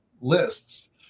lists